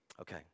Okay